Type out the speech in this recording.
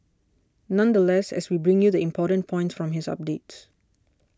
nonetheless as we bring you the important points from his updates